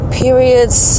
periods